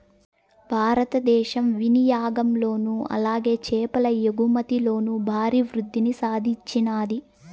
భారతదేశం వినియాగంలోను అలాగే చేపల ఎగుమతిలోను భారీ వృద్దిని సాధించినాది